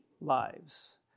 lives